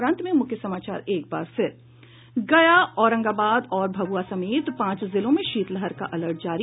और अब अंत में मुख्य समाचार गया औरंगाबाद और भभुआ समेत पांच जिलों में शीतलहर का अलर्ट जारी